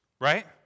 right